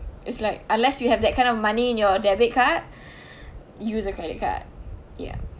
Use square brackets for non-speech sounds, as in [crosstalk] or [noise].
it's like unless you have that kind of money in your debit card [breath] use a credit card ya